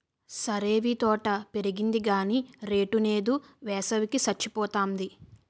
సరేవీ తోట పెరిగింది గాని రేటు నేదు, వేసవి కి సచ్చిపోతాంది